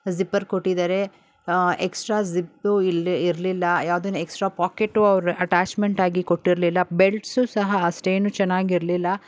zipper ಕೊಟ್ಟಿದಾರೆ extra zip ಇಲ್ಲ ಇರ್ಲಿಲ್ಲಾ ಯಾವುದೇನೂ ಎಕ್ಸ್ಟ್ರಾ ಪೋಕೆಟ್ ಅಟ್ಯಾಚ್ಮೆಂಟ್ ಆಗಿ ಕೊಟ್ಟಿರ್ಲಿಲ್ಲ ಬೆಲ್ಟ್ಸೂ ಸಹ ಅಷ್ಟೇನೂ ಚೆನ್ನಾಗಿರ್ಲಿಲ್ಲ